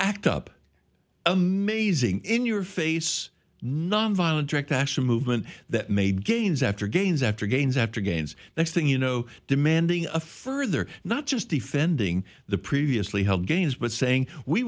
act up amazing in your face nonviolent direct action movement that made gains after gains after gains after gains next thing you know demanding a further not just defending the previously held gains but saying we